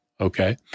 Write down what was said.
Okay